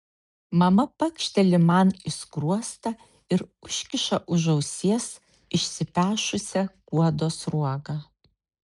mama pakšteli man į skruostą ir užkiša už ausies išsipešusią kuodo sruogą